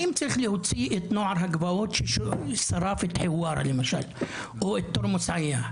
האם צריך להוציא את נוער הגבעות ששרף את חווארה למשל או את תורמוס עייא,